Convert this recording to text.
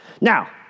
Now